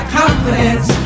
confidence